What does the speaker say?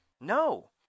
No